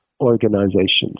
Organizations